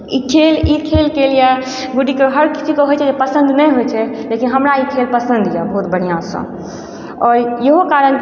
ई खेल ई खेलके लिअऽ गुड्डीके हर किसीके होइ छै जे पसन्द नहि होइ छै लेकिन हमरा ई खेल पसन्द यऽ बहुत बढ़िआसँ आओर इहो कारण